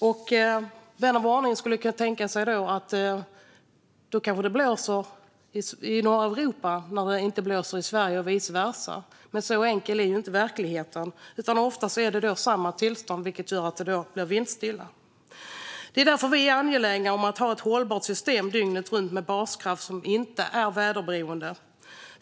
Vän av ordning skulle kunna tänka att det kanske blåser i norra Europa när det inte blåser i Sverige och vice versa, men så enkel är inte verkligheten, utan ofta är det samma tillstånd överallt, och då är det alltså vindstilla. Det är därför vi är angelägna om att ha ett hållbart system dygnet runt med baskraft som inte är väderberoende.